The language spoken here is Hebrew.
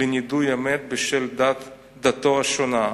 לנידוי המת בשל דתו השונה.